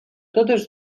totes